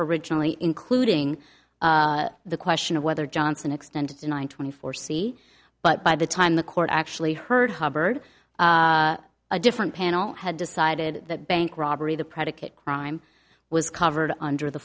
originally including the question of whether johnson extended to one twenty four c but by the time the court actually heard hubbard a different panel had decided that bank robbery the predicate crime was covered under the